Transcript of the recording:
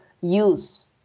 use